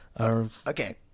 Okay